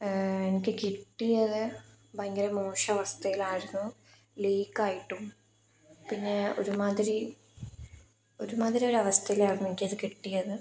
എനിക്ക് കിട്ടിയത് ഭയങ്കരം മോശമവസ്ഥയിലായിരുന്നു ലീക്കായിട്ടും പിന്നെ ഒരുമാതിരി ഒരുമാതിരി ഒരു അവസ്ഥയിലായിരുന്നു എനിക്കത് കിട്ടിയത്